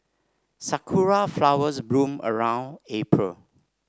sakura flowers bloom around April